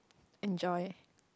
enjoy